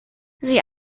sie